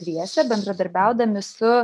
dviese bendradarbiaudami su